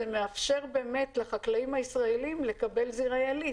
זה מאפשר לחקלאים הישראליים לקבל זרעי עילית.